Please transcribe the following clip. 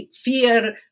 fear